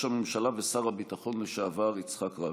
הממשלה ושר הביטחון לשעבר יצחק רבין.